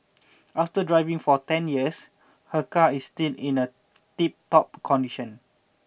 after driving for ten years her car is still in a tiptop condition